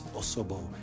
osobou